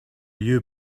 you